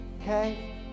okay